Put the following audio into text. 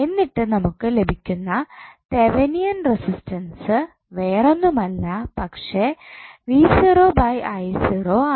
എന്നിട്ട് നമുക്ക് ലഭിക്കുന്ന തെവനിയൻ റെസിസ്റ്റൻസ് വേറൊന്നുമല്ല പക്ഷേ ആണ്